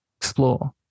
explore